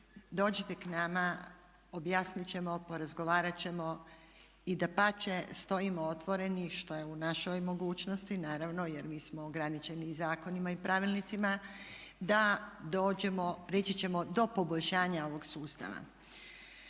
dođite k nama, objasnit ćemo, porazgovarat ćemo i dapače stojimo otvoreni što je u našoj mogućnosti naravno jer mi smo ograničeni i zakonima i pravilnicima da dođemo reći ćemo do poboljšanja ovog sustava.